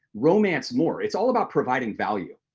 romance more. it's all about providing value.